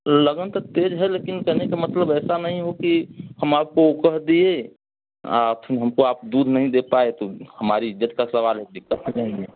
लगन तो तेज है लेकिन कहने का मतलब ऐसा नहीं हो कि हम आपको कह दिए आप फिर हमको आप दूध नहीं दे पाए तो हमारी इज्जत का सवाल है दिक्कत हो जाएगी